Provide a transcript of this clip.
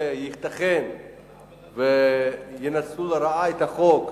שייתכן שינצלו לרעה את החוק,